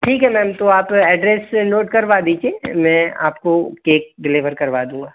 ठीक है मैम तो आप एड्रेस नोट करवा दीजिए मैं आपको केक डिलीवर करवा दूँगा